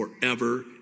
forever